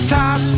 top